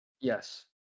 Yes